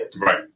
Right